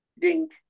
dink